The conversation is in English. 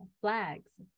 flags